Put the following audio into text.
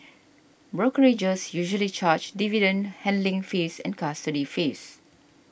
brokerages usually charge dividend handling fees and custody fees